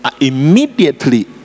Immediately